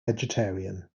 vegetarian